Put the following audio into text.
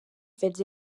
fets